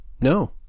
No